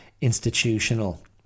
...institutional